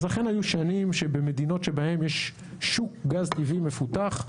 היו שנים שבמדינות שבהן יש שוק גז טבעי מפותח,